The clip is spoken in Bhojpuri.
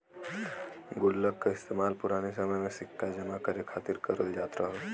गुल्लक का इस्तेमाल पुराने समय में सिक्का जमा करे खातिर करल जात रहल